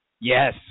Yes